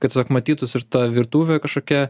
kad matytųs ir ta virtuvė kažkokia